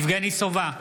יבגני סובה,